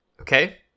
okay